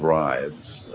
drives